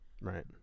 right